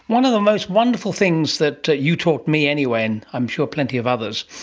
one of the most wonderful things that you taught me anyway and i'm sure plenty of others,